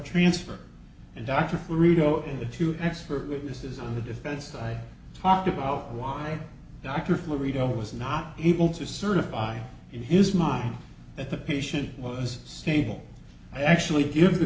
transport and dr fredo and the two expert witnesses on the defense side talked about why dr phil reader was not able to certify in his mind that the patient was stable i actually give the